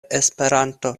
esperanto